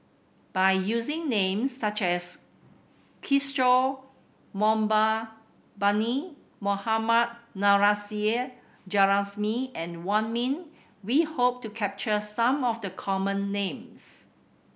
by using names such as Kishore Mahbubani Mohammad Nurrasyid Juraimi and Wong Ming we hope to capture some of the common names